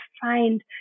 find